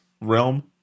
realm